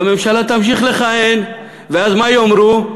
והממשלה תמשיך לכהן, ואז מה יאמרו?